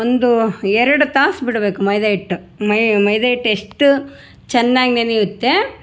ಒಂದು ಎರಡು ತಾಸು ಬಿಡಬೇಕು ಮೈದಾ ಹಿಟ್ಟು ಮೈದಾ ಹಿಟ್ಟು ಎಷ್ಟು ಚೆನ್ನಾಗ್ ನೆನೆಯುತ್ತೆ